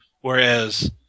Whereas